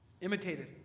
imitated